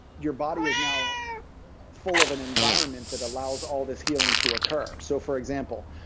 your body is now full of an environment that allows all this healing to occur so for example,